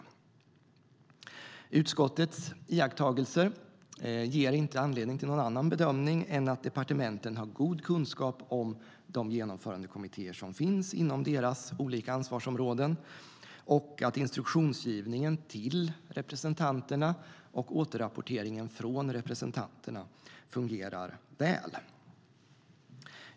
Utskottets iakttagelser ger inte anledning till någon annan bedömning än att departementen har god kunskap om de genomförandekommittéer som finns inom deras olika ansvarsområden och att instruktionsgivningen till representanterna och återrapporteringen från representanterna fungerar väl.